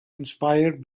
inspired